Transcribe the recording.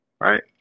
right